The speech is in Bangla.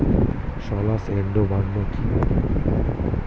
স্লাস এন্ড বার্ন কি?